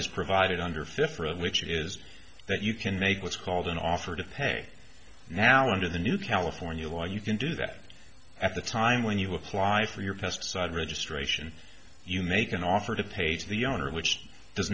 is provided under fifty of which it is that you can make what's called an offer to pay now under the new california law you can do that at the time when you apply for your pesticide registration you make an offer to pay to the owner which does